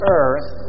earth